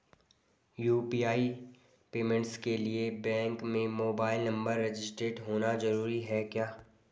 UPI payment के लिए bank में मोबाइल नंबर रजिस्टर्ड होना जरूरी है क्या?